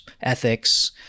ethics